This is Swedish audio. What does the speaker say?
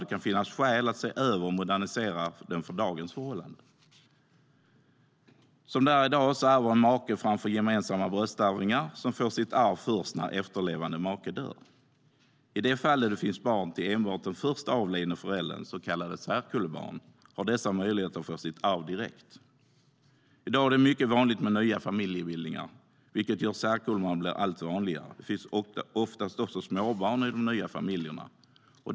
Det kan finnas skäl att se över den och modernisera den för dagens förhållanden. Som det är i dag ärver en make framför gemensamma bröstarvingar, som får sitt arv först när efterlevande make dör. I de fall då det finns barn till enbart den först avlidne föräldern, så kallade särkullbarn, har dessa möjlighet att få sitt arv direkt. I dag är det mycket vanligt med nya familjebildningar, vilket gör att särkullbarn blir allt vanligare. Det finns oftast också småbarn i de nya familjerna.